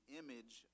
image